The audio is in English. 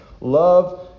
Love